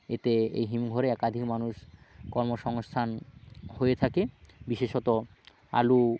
এতে এই হিমঘরে একাধিক মানুষ কর্মসংস্থান হয়ে থাকে বিশেষত আলু